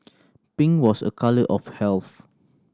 pink was a colour of health